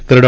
तर डॉ